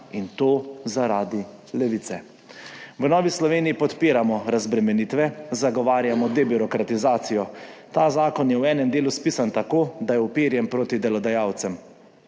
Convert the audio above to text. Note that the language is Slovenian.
in to zaradi Levice. V Novi Sloveniji podpiramo razbremenitve, zagovarjamo debirokratizacijo. Ta zakon je v enem delu spisan tako, da je uperjen proti delodajalcem,